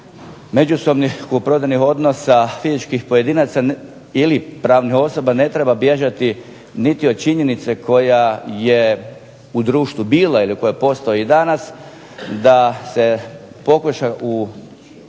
međusobnih kupoprodajnih odnosa fizičkih pojedinaca ili pravnih osoba ne treba bježati niti od činjenice koja je u društvu bila ili koja postoji danas, da se poboljša u prijedlogu